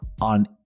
on